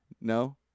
no